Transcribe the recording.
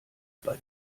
bei